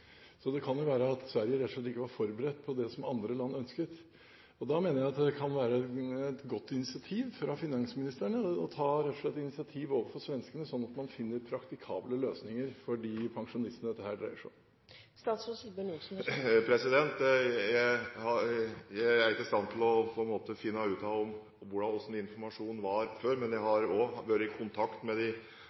kan det jo være at Sverige rett og slett ikke var forberedt på det som andre land ønsket. Da mener jeg at det kan være et godt initiativ fra finansministerne rett og slett å ta initiativ overfor svenskene sånn at man finner praktikable løsninger for de pensjonistene dette dreier seg om. Jeg er ikke i stand til å finne ut av hvordan informasjonen var før, men jeg har også vært i kontakt med de